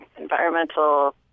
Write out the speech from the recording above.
environmental